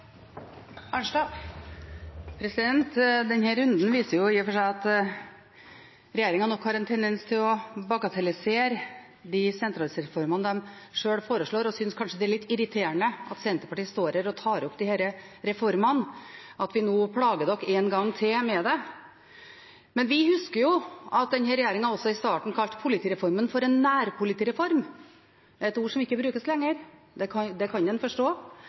runden viser i og for seg at regjeringen nok har en tendens til å bagatellisere de sentraliseringsreformene de sjøl foreslår. De synes kanskje det er litt irriterende at Senterpartiet står her og tar opp disse reformene, og at vi nå plager regjeringen en gang til med det. Men vi husker jo at denne regjeringen i starten kalte politireformen en nærpolitireform, et ord som ikke brukes lenger, og det kan en forstå